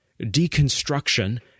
Deconstruction